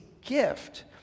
gift